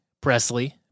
Presley